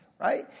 right